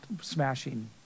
smashing